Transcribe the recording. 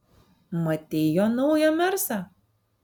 matei jo naują mersą